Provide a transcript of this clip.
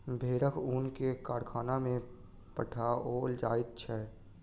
भेड़क ऊन के कारखाना में पठाओल जाइत छै